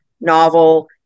novel